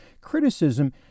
criticism